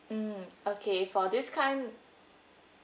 mm okay for this kind